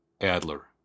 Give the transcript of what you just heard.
Adler